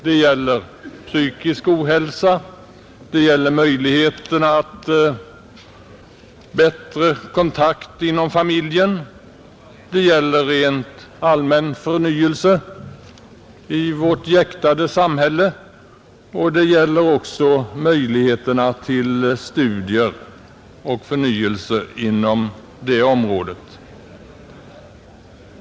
Det gäller den psykiska hälsan, det gäller möjligheterna till bättre kontakt inom familjen, det gäller en allmän förnyelse i vårt jäktade samhälle, och det gäller även möjligheterna till studier och förnyelse inom olika områden.